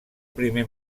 primer